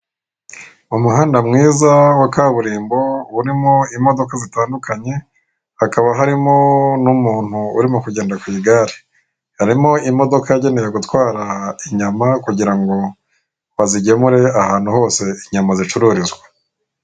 umuhanda mwiza wa kaburimbo urimo imodoka zitandukanye hakaba harimo numuntu urimo kugenda kwigare, harimo imodoka yagenewe gutwara inyama kugira ngo bazigemure ahantu hose inyama zicururizwa.